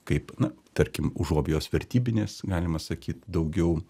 kaip na tarkim užuovėjos vertybinės galima sakyt daugiau